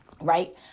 right